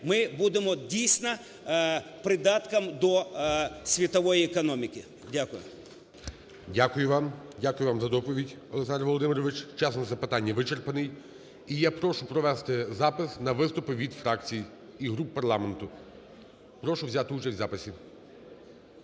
ми будемо дійсно придатком до світової економіки. Дякую. ГОЛОВУЮЧИЙ. Дякую вам. Дякую вам за доповідь, Олександр Володимирович. Час на запитання вичерпаний. І я прошу провести запис на виступи від фракцій і груп парламенту. Прошу взяти участь в записі.